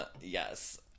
Yes